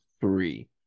three